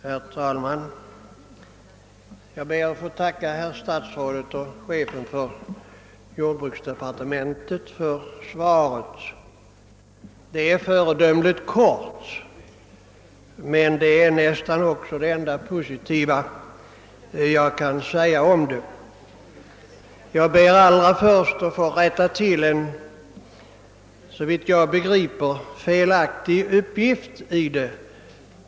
Herr talman! Jag ber att få tacka statsrådet och chefen för jordbruksdepartementet för svaret. Det var föredömligt kort — men det är också nästan det enda positiva jag kan säga om det. Först ber jag att få rätta till en såvitt jag förstår felaktig uppgift i svaret.